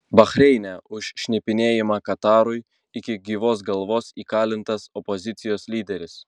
bahreine už šnipinėjimą katarui iki gyvos galvos įkalintas opozicijos lyderis